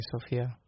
Sophia